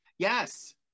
Yes